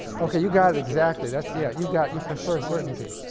okay, you got it exactly. that's yeah you got you prefer certainty.